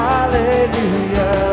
Hallelujah